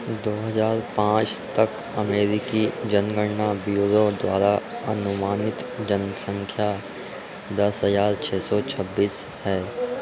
दो हज़ार पाँच तक अमेरिकी जनगणना ब्यूरो द्वारा अनुमानित जनसंख्या दस हजार छः सौ छब्बीस है